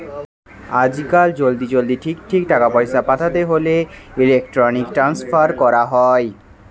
আজকাল জলদি জলদি ঠিক ঠিক টাকা পয়সা পাঠাতে হোলে ইলেক্ট্রনিক ট্রান্সফার কোরা হয়